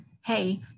hey